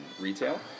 retail